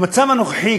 במצב הנוכחי,